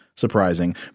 Surprising